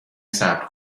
صبر